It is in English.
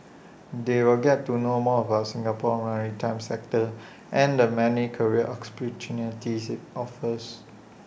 they'll get to know more about Singapore's maritime sector and the many career IT offers